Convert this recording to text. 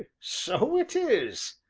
so it is,